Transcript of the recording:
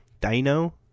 Dino